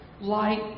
light